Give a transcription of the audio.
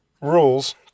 rules